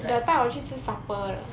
the 带我去吃 supper 的